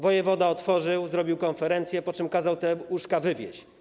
Wojewoda otworzył, zrobił konferencję, po czym kazał te łóżka wywieźć.